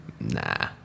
Nah